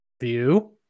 view